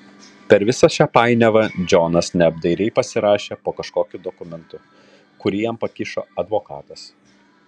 per visą šią painiavą džonas neapdairiai pasirašė po kažkokiu dokumentu kurį jam pakišo advokatas